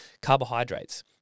carbohydrates